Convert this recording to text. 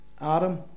Adam